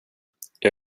jag